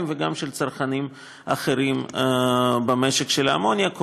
וגם של צרכנים אחרים של האמוניה במשק,